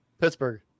Pittsburgh